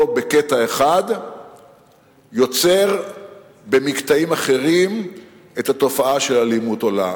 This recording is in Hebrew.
בקטע אחד יוצר במקטעים אחרים את התופעה של אלימות עולה.